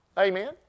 Amen